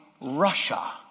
Russia